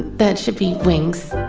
that should be wings